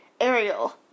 Ariel